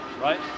right